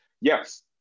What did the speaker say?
Yes